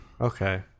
Okay